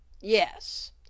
Yes